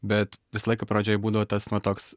bet visą laiką pradžioj būdavo tas va toks